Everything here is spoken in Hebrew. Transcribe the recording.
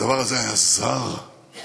הדבר הזה היה זר ליהודים.